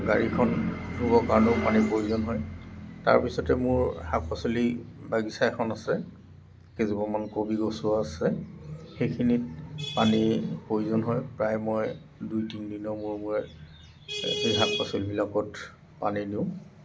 গাড়ীখন ধুবৰ কাৰণেও পানীৰ প্ৰয়োজন হয় তাৰপিছতে মোৰ শাক পাচলিৰ বাগিচা এখন আছে কেইজোপামান কবি গছো আছে সেইখিনিত পানী প্ৰয়োজন হয় প্ৰায় মই দুই তিনদিনৰ মূৰে মূৰে শাক পাচলিবিলাকত পানী দিওঁ